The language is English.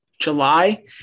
July